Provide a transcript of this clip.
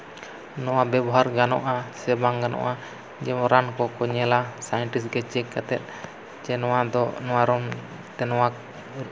ᱥᱮ ᱱᱚᱣᱟ ᱵᱮᱵᱚᱦᱟᱨ ᱜᱟᱱᱚᱜᱼᱟ ᱥᱮ ᱵᱟᱝ ᱜᱟᱱᱚᱜᱼᱟ ᱡᱮᱢᱚᱱ ᱨᱟᱱ ᱠᱚᱠᱚ ᱧᱮᱞᱟ ᱥᱟᱭᱮᱱᱴᱤᱥᱴ ᱜᱮ ᱪᱮᱠ ᱠᱟᱛᱮ ᱥᱮ ᱱᱚᱣᱟ ᱫᱚ ᱱᱚᱣᱟ ᱨᱚᱝ ᱛᱮ ᱱᱚᱣᱟ